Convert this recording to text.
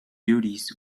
duties